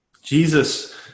Jesus